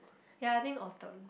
ya I think autumn